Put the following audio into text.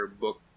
book